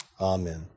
Amen